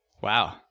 Wow